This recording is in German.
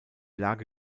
lage